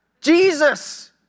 Jesus